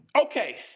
okay